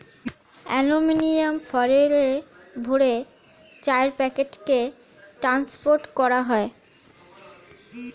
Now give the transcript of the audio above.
aluminium ফয়েলে ভরে চায়ের প্যাকেটকে ট্রান্সপোর্ট করা হয়